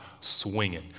swinging